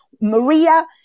Maria